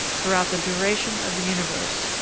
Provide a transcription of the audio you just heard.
throughout the duration of the universe,